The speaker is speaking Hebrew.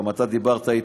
גם אתה דיברת אתי,